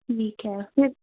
ਠੀਕ ਹੈ ਫਿਰ